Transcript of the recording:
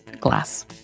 glass